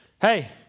hey